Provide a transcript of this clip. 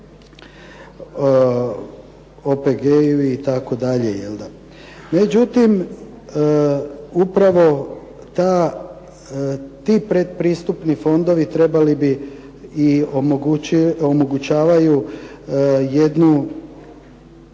itd. Međutim, upravo ti predpristupni fondovi trebali bi i omogućavaju jednu